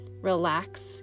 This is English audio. Relax